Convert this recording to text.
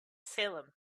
salem